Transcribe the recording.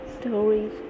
Stories